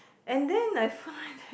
and then I find that